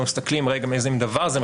אנחנו מסתכלים רגע איזה מין דבר זה,